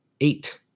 eight